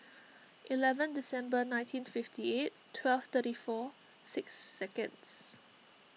eleven December nineteen fifty eight twelve thirty four six seconds